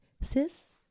sis